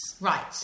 Right